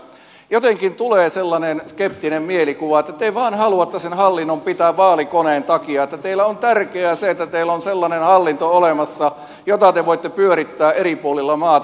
jotenkin tulee sellainen skeptinen mielikuva että te vain haluatte sen hallinnon pitää vaalikoneen takia että teille on tärkeää se että teillä on sellainen hallinto olemassa jota te voitte pyörittää eri puolilla maata